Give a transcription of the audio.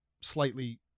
slightly